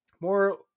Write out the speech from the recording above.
more